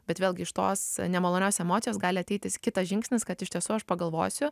bet vėlgi iš tos nemalonios emocijos gali ateiti kitas žingsnis kad iš tiesų aš pagalvosiu